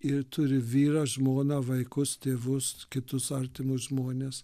ir turi vyrą žmoną vaikus tėvus kitus artimus žmones